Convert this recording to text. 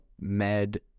Med